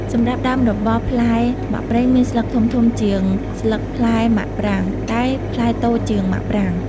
សម្រាប់់ដើមរបស់ផ្លែមាក់ប្រេងមានស្លឹកធំៗជាងស្លឹកផ្លែមាក់ប្រាង តែផ្លែតូចជាងមាក់ប្រាង។